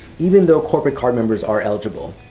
even though corporate cardholders are eligible.